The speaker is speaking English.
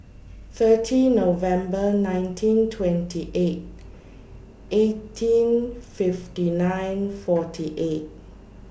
thirty November nineteen twenty eight eighteen fifty nine forty eight